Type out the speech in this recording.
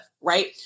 Right